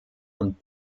und